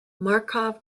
markov